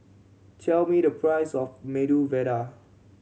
tell me the price of Medu Vada